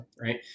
Right